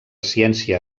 ciència